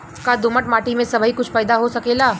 का दोमट माटी में सबही कुछ पैदा हो सकेला?